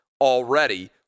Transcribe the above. already